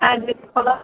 आएँ बिख पदा